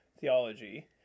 theology